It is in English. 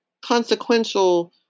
consequential